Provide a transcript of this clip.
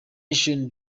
nation